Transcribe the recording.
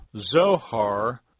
Zohar